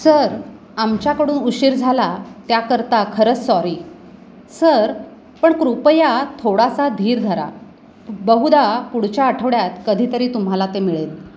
sir आमच्याकडून उशीर झाला त्याकरता खरंच सॉरी सर पण कृपया थोडासा धीर धरा बहुदा पुढच्या आठवड्यात कधीतरी तुम्हाला ते मिळेल